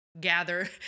gather